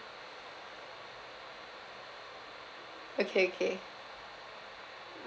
okay okay